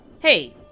Hey